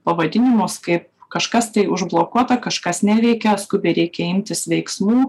pavadinimus kai kažkas tai užblokuota kažkas neveikia skubiai reikia imtis veiksmų